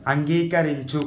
అంగీకరించు